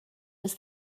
was